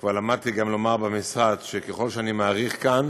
כבר למדתי גם לומר במשרד שככל שאני מאריך כאן,